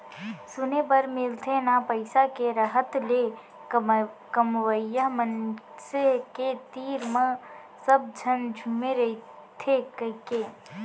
सुने बर मिलथे ना पइसा के रहत ले कमवइया मनसे के तीर म सब झन झुमे रइथें कइके